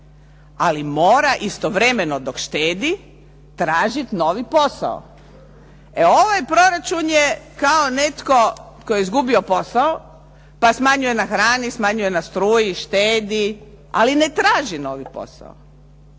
ali mora istovremeno dok štedi tražiti novi posao. E ovaj proračun je kao netko tko je izgubio posao pa smanjuje na hrani, smanjuje na struji, štedi, ali ne traži novi posao.